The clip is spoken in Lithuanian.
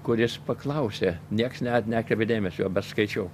kuris paklausė nieks neat nekreipė dėmesio bet skaičiau